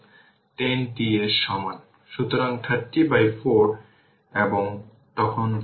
এখন তাই v 1 t হবে 2 didt আমি বলতে চাচ্ছি এটি 2 হেনরি এবং ভোল্টেজ জুড়ে v 1